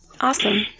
Awesome